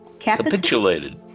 Capitulated